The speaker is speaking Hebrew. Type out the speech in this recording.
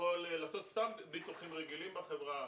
יכול לעשות סתם ביטוחים רגילים בחברה,